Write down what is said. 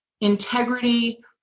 integrity